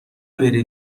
بری